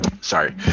sorry